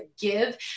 give